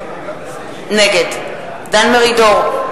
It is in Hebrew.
נגד דן מרידור,